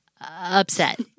upset